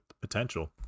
potential